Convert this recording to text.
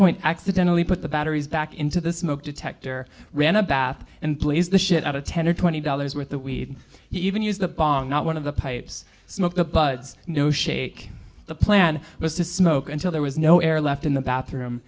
point accidentally put the batteries back into the smoke detector ran a bath and blaze the shit out of ten or twenty dollars worth of weed he even used the pong not one of the pipes smoked up buds no shake the plan was to smoke until there was no air left in the bathroom